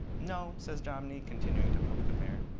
no, says jomny, continuing to poke the bear.